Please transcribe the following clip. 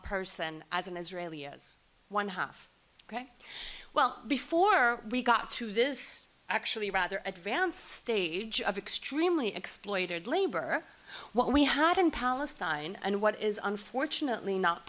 person as an israeli as one half ok well before we got to this actually rather advanced stage of extremely exploited labor what we had in palestine and what is unfortunately not